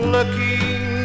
looking